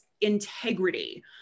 integrity